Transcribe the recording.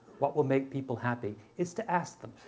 what will make people happy, is to ask them.